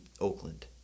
Oakland